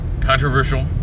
Controversial